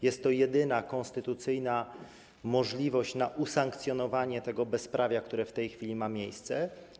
Jest to jedyna konstytucyjna możliwość na usankcjonowanie tego bezprawia, które w tej chwili ma miejsce.